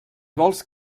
vols